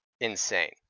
insane